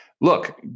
look